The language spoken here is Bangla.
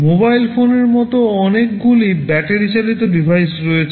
মোবাইল ফোনের মতো অনেকগুলি ব্যাটারি চালিত ডিভাইস রয়েছে